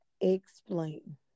Explain